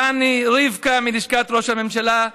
חני, רבקה מלשכת ראש הממשלה.